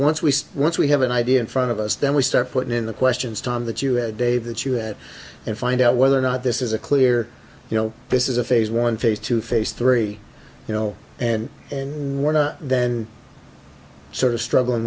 once we once we have an idea in front of us then we start putting in the questions tom that you had dave that you had and find out whether or not this is a clear you know this is a phase one face to face three you know and and then sort of struggling